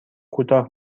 کوتاه